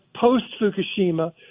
post-Fukushima